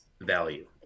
value